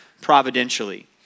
providentially